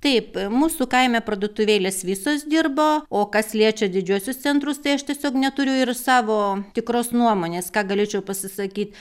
taip mūsų kaime parduotuvėlės visos dirbo o kas liečia didžiuosius centrus tai aš tiesiog neturiu ir savo tikros nuomonės ką galėčiau pasisakyt